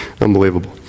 Unbelievable